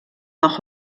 nach